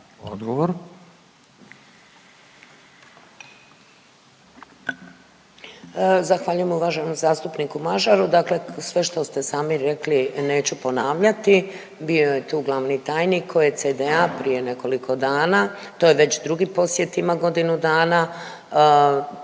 Vedrana** Zahvaljujem uvaženom zastupniku Mažaru. Dakle, sve što ste sami rekli neću ponavljati, bio je tu glavni tajnik OECD-a prije nekoliko dana, to je već drugi posjet ima godinu dana.